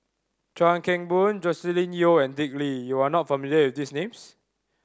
Chuan Keng Boon Joscelin Yeo and Dick Lee you are not familiar with these names